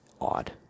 odd